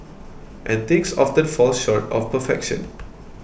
and things often fall short of perfection